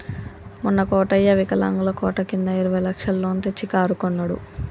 మొన్న కోటయ్య వికలాంగుల కోట కింద ఇరవై లక్షల లోన్ తెచ్చి కారు కొన్నడు